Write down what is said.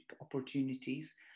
opportunities